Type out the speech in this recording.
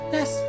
Yes